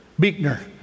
Beekner